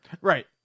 right